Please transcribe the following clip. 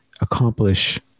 accomplish